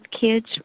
kids